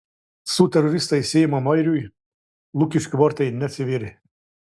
su teroristais siejamam airiui lukiškių vartai neatsivėrė